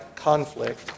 conflict